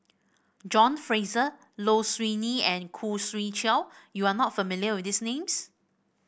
John Fraser Low Siew Nghee and Khoo Swee Chiow you are not familiar with these names